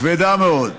כבדה מאוד.